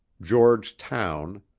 george towne,